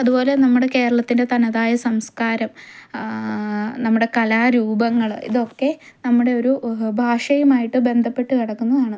അതുപോലെ നമ്മുടെ കേരളത്തിന്റെ തനതായ സംസ്കാരം നമ്മുടെ കലാരൂപങ്ങള് ഇതൊക്കെ നമ്മുടെ ഒരു ഭാഷയുമായിട്ട് ബന്ധപ്പെട്ട് കിടക്കുന്നതാണ്